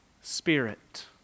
spirit